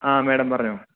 ആ മേഡം പറഞ്ഞോ